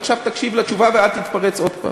עכשיו תקשיב לתשובה ואל תתפרץ עוד הפעם.